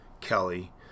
Kelly